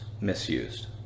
misused